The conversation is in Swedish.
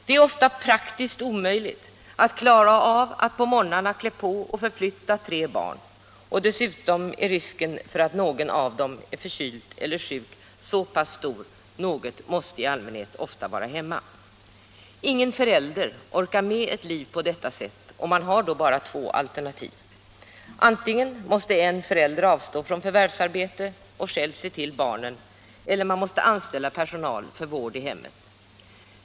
Det är ofta praktiskt omöjligt att på morgnarna klä på och förflytta tre barn, och dessutom är risken för att något av dem är förkylt eller sjukt stor; i allmänhet måste ändå något av dem vara hemma. Ingen förälder orkar med att leva på detta sätt, och man har då bara två alternativ: antingen måste en förälder avstå från förvärvsarbete och själv se till barnen eller också måste man anställa personal för vård i hemmet.